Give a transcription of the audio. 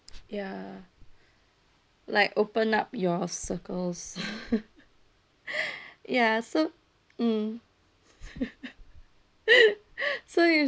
ya like open up your circles ya so mm so you